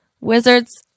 Wizards